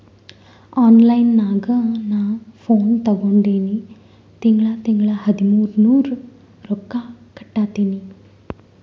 online ನಾಗ್ ನಾ phone ತಗೊಂಡಿನಿ ತಿಂಗಳಾ ತಿಂಗಳಾ ಹದಿಮೂರ್ ನೂರ್ ರೊಕ್ಕಾ ಕಟ್ಟತ್ತಿನಿ